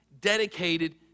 dedicated